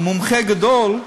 הוא מומחה גדול,